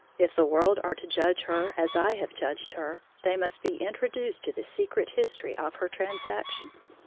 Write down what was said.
if the world are to judge her as i have judged her, they must be introduced to the secret history of her transactions.